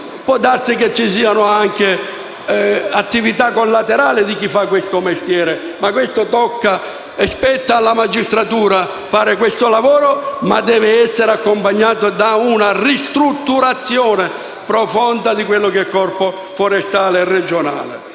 darsi che ci siano attività collaterali di chi fa questo mestiere, ma spetta alla magistratura fare questo lavoro, che deve essere accompagnato da una ristrutturazione profonda del Corpo forestale regionale.